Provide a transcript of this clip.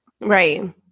Right